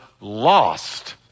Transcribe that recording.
lost